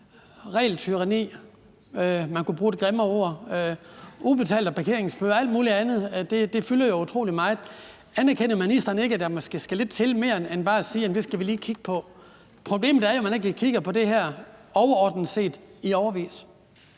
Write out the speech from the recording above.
regeltyranniet – man kunne bruge et grimmere ord – de ubetalte parkeringsbøder og alt muligt andet fylder jo utrolig meget. Anerkender ministeren ikke, at der måske skal lidt mere til end bare at sige: Jamen det skal vi lige kigge på? Problemet er jo, at man ikke har kigget på det her overordnet set i årevis.